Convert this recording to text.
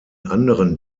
anderen